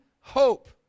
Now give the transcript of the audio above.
hope